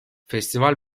festival